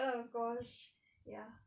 uh gosh ya